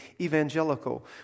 evangelical